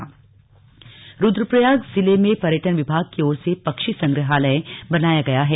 पक्षी संग्रहालय रुद्रप्रयाग जिले में पर्यटन विभाग की ओर से पक्षी संग्रहालय बनाया गया है